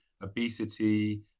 obesity